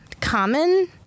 Common